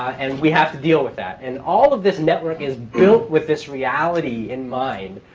and we have to deal with that. and all of this network is built with this reality in mind